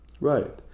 Right